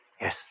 Yes